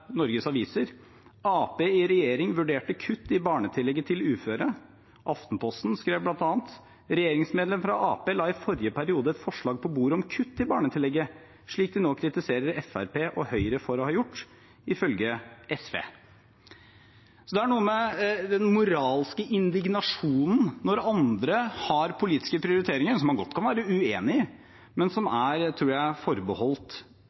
regjering vurderte kutt i barnetillegget til uføre. Aftenposten skrev bl.a.: «Regjeringsmedlemmer fra Ap la i forrige periode et forslag på bordet om kutt i barnetillegget, slik de nå kritiserer Høyre/Frp for å ha gjort, ifølge SV.» Så det er noe med den moralske indignasjonen når andre har politiske prioriteringer som man godt kan være uenig i, men som er – tror jeg – forbeholdt